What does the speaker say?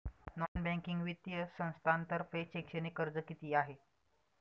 Non banking वित्तीय संस्थांतर्फे शैक्षणिक कर्ज किती आहे?